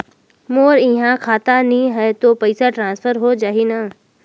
मोर इहां खाता नहीं है तो पइसा ट्रांसफर हो जाही न?